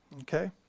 okay